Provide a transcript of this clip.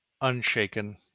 unshaken